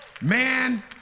Man